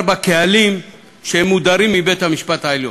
בקהלים שמודרים מבית-המשפט העליון?